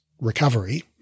recovery